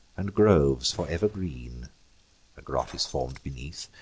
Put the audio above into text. and groves for ever green a grot is form'd beneath,